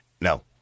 No